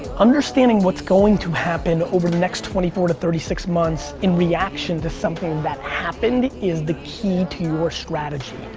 understanding what's going to happen over the next twenty four to thirty six months in reaction to something that happened is the key to your strategy.